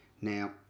Now